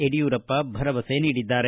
ಯಡಿಯೂರಪ್ಪ ಭರವಸೆ ನೀಡಿದ್ದಾರೆ